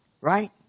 right